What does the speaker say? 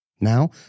now